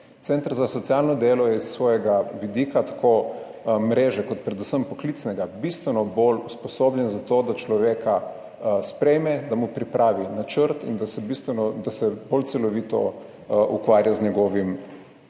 Center za socialno delo je s svojega vidika, tako mreže kot predvsem poklicnega bistveno bolj usposobljen za to, da človeka sprejme, da mu pripravi načrt in da se bistveno, da se bolj celovito ukvarja z njegovim